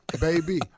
Baby